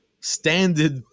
standard